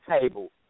table